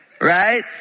right